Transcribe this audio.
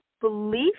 belief